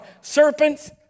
serpents